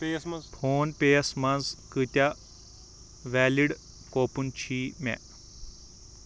phone پییَس منٛز کۭتیٛاہ valid coupon چھی مےٚ